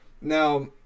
Now